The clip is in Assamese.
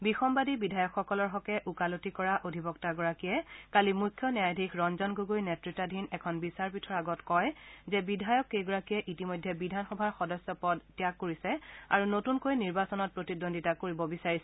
বিসন্বাদী বিধায়কসকলৰ হকে ওকালতি কৰা অধিবক্তাগৰাকীয়ে কালি মুখ্য ন্যায়াধীশ ৰঞ্জন গগৈ নেত্ৰতাধীন এখন বিচাৰপীঠৰ আগত কয় যে বিধায়ককেইগৰাকীয়ে ইতিমধ্যে বিধানসভাৰ সদস্য পদ ত্যাগ কৰিছে আৰু নতুনকৈ নিৰ্বাচনত প্ৰতিদ্বন্দ্বীতা কৰিব বিচাৰিছে